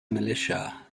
militia